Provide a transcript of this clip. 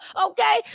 okay